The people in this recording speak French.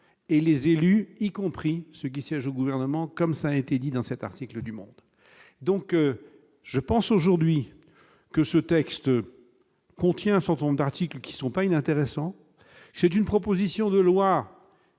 et les élus, y compris ceux qui siègent au gouvernement, comme ça a été dit dans cet article du Monde, donc je pense aujourd'hui que ce texte contient d'articles qui sont pas inintéressants, c'est une proposition de loi